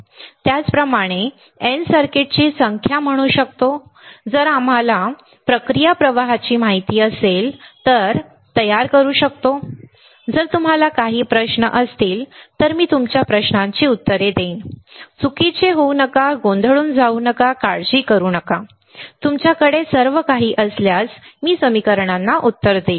त्याचप्रमाणे आम्ही N सर्किटची संख्या म्हणू शकतो जर आम्हाला प्रक्रिया प्रवाहाची माहिती असेल तर आम्ही तयार करू शकतो जर तुम्हाला काही प्रश्न असतील तर मी तुमच्या प्रश्नांची उत्तरे देईन चुकीचे होऊ नका गोंधळून जाऊ नका काळजी करू नका तुमच्याकडे सर्व काही असल्यास मी समीकरणांना उत्तर देईन